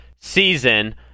season